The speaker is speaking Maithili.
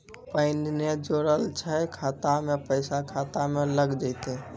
पैन ने जोड़लऽ छै खाता मे पैसा खाता मे लग जयतै?